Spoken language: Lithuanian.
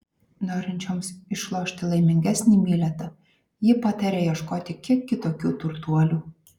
norinčioms išlošti laimingesnį bilietą ji pataria ieškoti kiek kitokių turtuolių